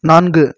நான்கு